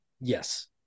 Yes